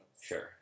Sure